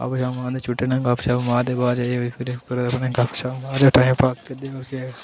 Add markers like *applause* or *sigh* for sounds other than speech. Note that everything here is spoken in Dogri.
अपने *unintelligible* चुट्टें ने गपशप मारदे बाद च एह् ऐक्सपिरियंस पर ए ने गपशप मारदे टाइम पास करदे हे और